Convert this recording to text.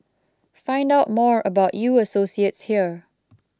find out more about U Associates here